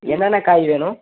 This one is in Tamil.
என்னான்ன காய் வேணும்